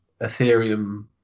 ethereum